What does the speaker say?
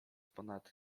ponad